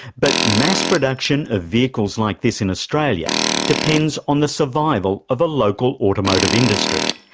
but mass production of vehicles like this in australia depends on the survival of a local automotive industry,